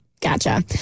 Gotcha